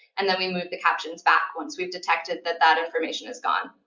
and then we move the captions back once we've detected that that information is gone.